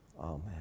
amen